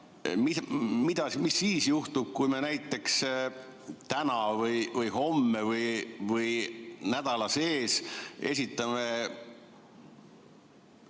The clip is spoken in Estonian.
Mis siis juhtub, kui me näiteks täna, homme või nädala sees esitame